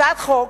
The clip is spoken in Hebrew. הצעת החוק,